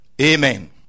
Amen